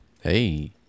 Hey